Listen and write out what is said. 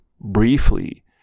briefly